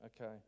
okay